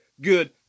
good